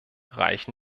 reichen